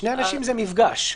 שני אנשים זה מפגש.